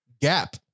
gap